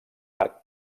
arc